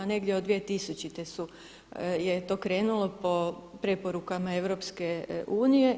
Negdje od 2000. je to krenulo po preporukama EU.